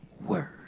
word